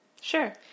Sure